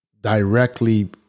directly